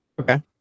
Okay